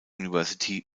university